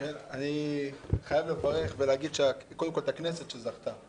אני חייב לברך קודם כול את הכנסת שזכתה.